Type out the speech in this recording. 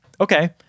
okay